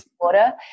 water